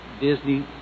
Disney